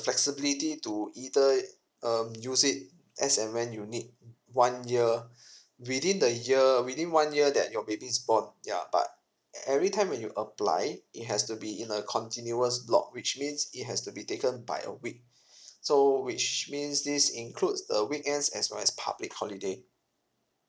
flexibility to either um use it as and when you need one year within the year within one year that your baby is born ya but e~ every time when you apply it has to be in a continuous block which means it has to be taken by a week so which means this includes uh weekends as well as public holiday